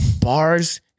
bars